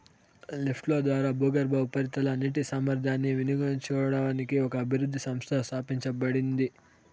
లిఫ్ట్ల ద్వారా భూగర్భ, ఉపరితల నీటి సామర్థ్యాన్ని వినియోగించుకోవడానికి ఒక అభివృద్ధి సంస్థ స్థాపించబడింది